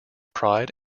pride